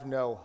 no